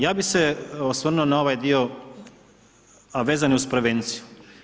Ja bi se osvrnuo na ovaj dio, a vezan je uz prevenciju.